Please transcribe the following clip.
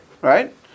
right